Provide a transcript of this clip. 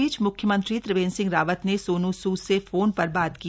इस बीच मुख्यमंत्री त्रिवेंद्र सिंह रावत ने सोनू सूद से फोन पर बात की